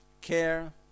care